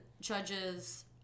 judges